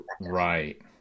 Right